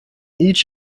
each